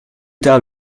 tard